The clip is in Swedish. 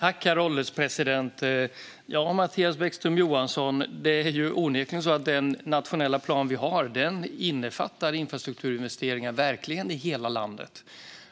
Herr ålderspresident! Det är onekligen så, Mattias Bäckström Johansson, att den nationella plan som finns innefattar infrastrukturinvesteringar i hela landet.